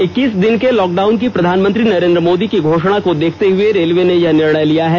इक्कीस दिन के लॉकडाउन की प्रधानमंत्री नरेन्द्र मोदी की घोषणा को देखते हुए रेलवे ने यह निर्णय लिया है